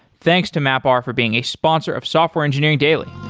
thanks to mapr for being a sponsor of software engineering daily